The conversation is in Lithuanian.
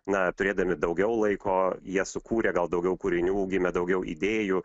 na turėdami daugiau laiko jie sukūrė gal daugiau kūrinių gimė daugiau idėjų